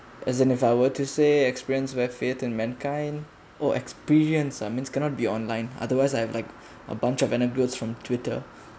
as in if I were to say experience where faith in mankind or experience ah means cannot be online otherwise I have like a bunch of anecdotes from twitter